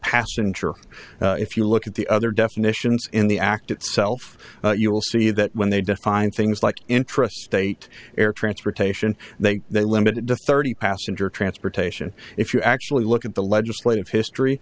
passenger if you look at the other definitions in the act itself you will see that when they define things like interest state air transportation they may limit it to thirty passenger transportation if you actually look at the legislative history